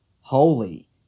holy